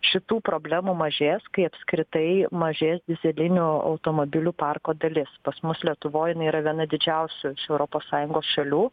šitų problemų mažės kai apskritai mažės dyzelinių automobilių parko dalis pas mus lietuvoj jinai yra viena didžiausių iš europos sąjungos šalių